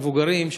המבוגרים,